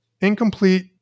incomplete